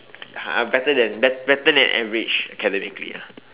uh better than bet~ better than average academically ya